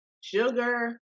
sugar